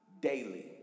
daily